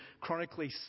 chronically